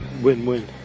win-win